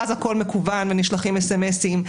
ואז הכול מקוון ונשלחים אס אם אסים.